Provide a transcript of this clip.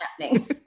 happening